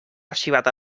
arxivat